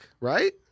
right